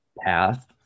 path